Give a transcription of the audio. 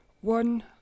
one